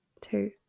two